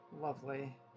Lovely